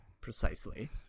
Precisely